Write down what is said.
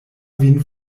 vin